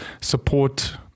support